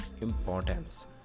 importance